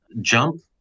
jump